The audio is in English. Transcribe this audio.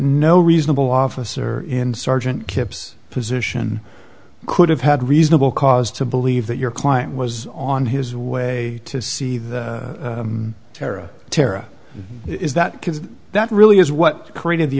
no reasonable officer in sergeant kipps position could have had reasonable cause to believe that your client was on his way to see the tara tara is that because that really is what created the